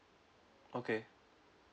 okay